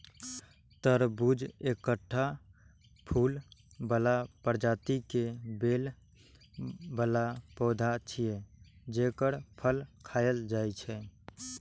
तरबूज एकटा फूल बला प्रजाति के बेल बला पौधा छियै, जेकर फल खायल जाइ छै